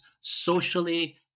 socially